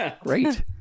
Great